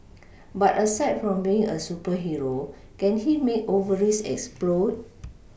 but aside from being a superhero can he make ovaries explode